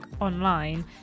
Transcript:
online